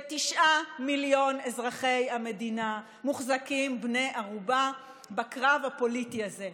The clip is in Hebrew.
ותשעה מיליון אזרחי המדינה מוחזקים בני ערובה בקרב הפוליטי הזה,